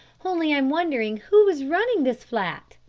only i'm wondering who is running this flat,